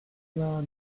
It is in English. loved